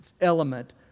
element